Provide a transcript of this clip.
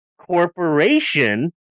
corporation